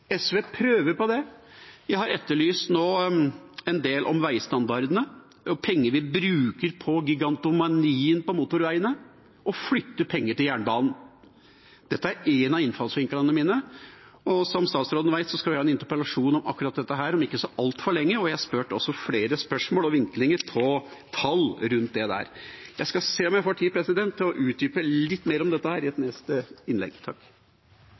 SV prøver på det. Vi har nå etterlyst en del om veistandardene og penger vi bruker på gigantomanien på motorveiene, og å flytte penger til jernbanen. Dette er en av innfallsvinklene mine. Som statsråden vet, skal vi ha en interpellasjon om akkurat dette om ikke så altfor lenge, og jeg har også kommet med flere spørsmål og vinklinger på tall rundt dette. Jeg skal se om jeg får tid til å utdype litt mer om dette i et senere innlegg.